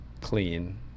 clean